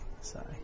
Sorry